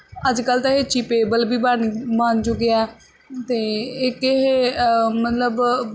ਅੱਜ ਕੱਲ੍ਹ ਤਾਂ ਇਹ ਚੀਪਏਬਲ ਵੀ ਬਣ ਬਣ ਚੁੱਕੇ ਆ ਅਤੇ ਇੱਕ ਇਹ ਮਤਲਬ